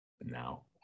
now